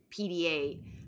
PDA